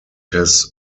his